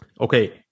okay